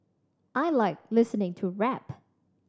I like listening to rap